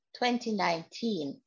2019